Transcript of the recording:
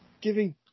giving